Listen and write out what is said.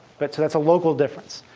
but so that's a local difference.